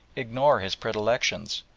ignore his predilections,